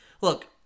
Look